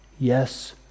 Yes